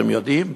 אתם יודעים?